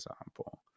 example